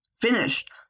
finished